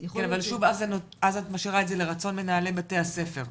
אבל שוב אז את משאירה את זה לרצון מנהלי בתי הספר,